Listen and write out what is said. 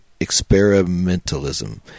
experimentalism